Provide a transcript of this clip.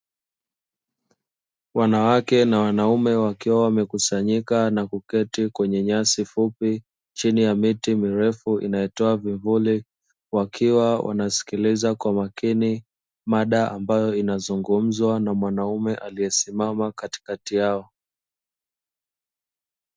Wanawake na wanaume wakiwa wamekusanyika na kuketi kwenye nyasi fupi chini ya miti mirefu inayotoa vivuli, wakiwa wanasikiliza kwa makini mada ambayo inazungumzwa na mwanamume aliyesimama katikati yao.